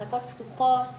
מחלקות פתוחות.